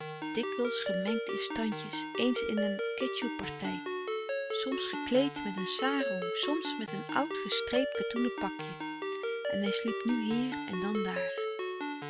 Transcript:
kracht gemengd in standjes eens in een ketjoe partij soms gekleed met een sarong soms met een oud gestreept katoenen pakje en hij sliep nu hier en dan daar